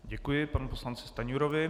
Děkuji panu poslanci Stanjurovi.